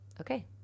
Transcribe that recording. okay